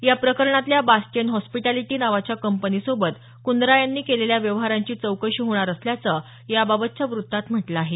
या प्रकरणातल्या Bastian hospitality नावाच्या कंपनीसोबत कुंद्रा यांनी केलेल्या व्यवहारांची चौकशी होणार असल्याचं याबबातच्या वृत्तात म्हटलं आहे